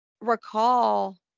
recall